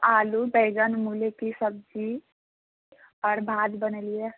आलू बैगन मूली के सब्जी और भात बनेलियै